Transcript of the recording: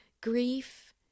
grief